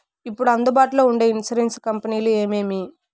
ఇప్పుడు అందుబాటులో ఉండే ఇన్సూరెన్సు కంపెనీలు ఏమేమి?